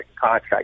contract